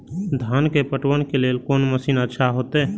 धान के पटवन के लेल कोन मशीन अच्छा होते?